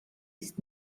ist